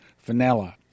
vanilla